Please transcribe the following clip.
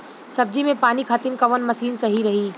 सब्जी में पानी खातिन कवन मशीन सही रही?